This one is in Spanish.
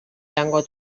tango